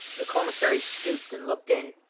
the commissary stooped and looked in.